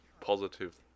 positive